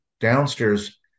downstairs